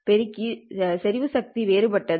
பெருக்கி செறிவு சக்தி வேறுபட்டது